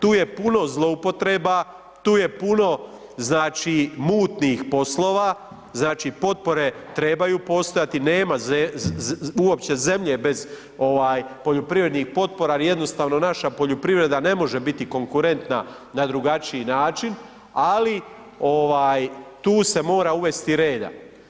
Tu je puno zloupotreba, tu je puno mutnih poslova, znači potpore trebaju postojati, nema uopće zemlje bez poljoprivrednih potpora jer jednostavno naša poljoprivreda ne može biti konkurentna na drugačiji način, ali tu se mora uvesti reda.